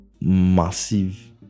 massive